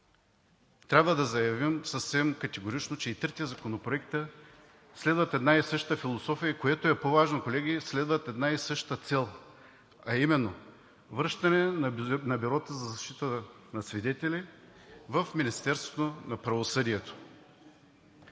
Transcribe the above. трябва да заявим съвсем категорично, че и трите законопроекта следват една и съща философия, и което е по-важно, колеги, следват една и съща цел, а именно връщане на Бюрото за защита на свидетели в Министерството на правосъдието.